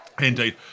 indeed